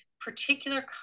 particular